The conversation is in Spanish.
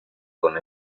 con